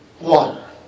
water